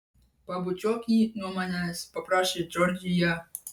pabučiuok jį nuo manęs paprašė džordžija